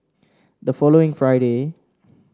the following Friday